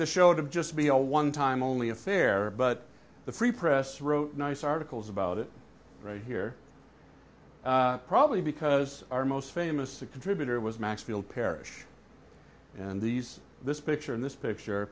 the show to just be a one time only affair but the free press wrote nice articles about it right here probably because our most famous a contributor was maxfield parrish and these this picture in this picture